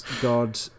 God